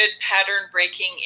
pattern-breaking